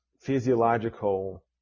physiological